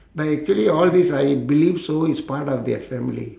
but actually all this I believe so it's part of their family